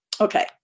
Okay